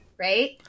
right